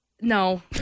No